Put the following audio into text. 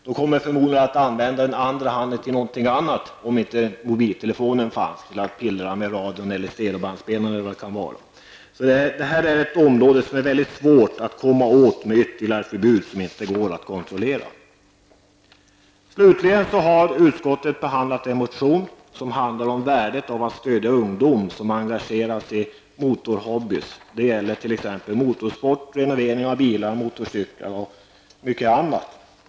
De kommer förmodligen att använda den andra handen till något annat om inte mobiltelefonluren finns -- att pillra med radion eller stereobandspelaren t.ex. Detta är ett område som är väldigt svårt att komma åt med hjälp av ytterligare förbud som inte går att kontrollera. Slutligen har utskottet behandlat en motion som handlar om värdet av att stödja ungdom som engageras i någon motorhobby t.ex. motorsport, renovering av bilar och motorcyklar m.m.